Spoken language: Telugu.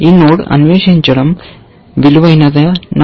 ఈ నోడ్ అన్వేషించడం విలువైనదేనా